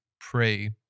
pray